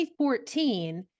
2014